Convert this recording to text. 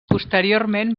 posteriorment